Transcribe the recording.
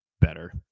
better